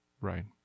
Right